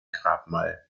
grabmal